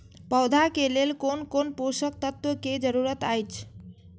पौधा के लेल कोन कोन पोषक तत्व के जरूरत अइछ?